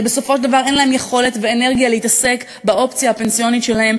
שבסופו של דבר אין להם יכולת ואנרגיה להתעסק באופציה הפנסיונית שלהם,